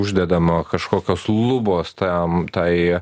uždedama kažkokios lubos tam tai